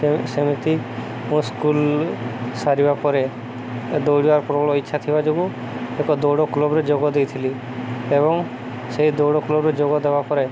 ସେମିତି ମୁଁ ସ୍କୁଲ୍ ସାରିବା ପରେ ଦୌଡ଼ିବାର ପ୍ରବଳ ଇଚ୍ଛା ଥିବା ଯୋଗୁଁ ଏକ ଦୌଡ଼ କ୍ଲବରେ ଯୋଗ ଦେଇଥିଲି ଏବଂ ସେଇ ଦୌଡ଼ କ୍ଲବ୍ରେ ଯୋଗ ଦେବା ପରେ